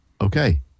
okay